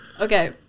Okay